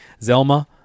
Zelma